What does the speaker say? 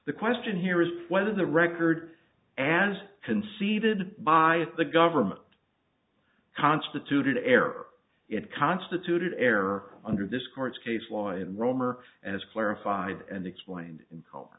the question here is whether the record as conceded by the government constituted error it constituted error under this court's case law in rome or as clarified and explain